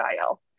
IL